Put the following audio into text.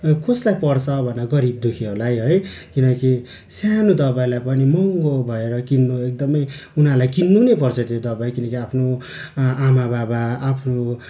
कसलाई पर्छ भन्दा गरिब दुखीहरूलाई है किनकि सानो दबाईलाई पनि महँगो भएर किन्नु एकदमै उनीहरूलाई किन्नु नै पर्छ त्यो दबई किनकि आफ्नो आमा बाबा आफ्नो